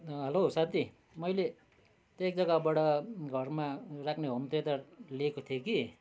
hello साथी मैले त्यो एक जग्गाबाट घरमा राख्ने होम थियटर लिएको थिएँ कि